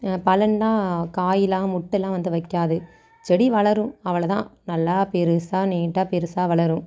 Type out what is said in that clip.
பலன்னால் காய்லாம் மொட்டெல்லாம் வந்து வைக்காது செடி வளரும் அவ்வளோ தான் நல்லா பெருசாக நீட்டாக பெருசாக வளரும்